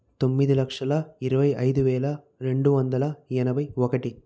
తొమ్మిది లక్షల ఇరవై ఐదు వేల రెండు వందల ఎనభై ఒకటి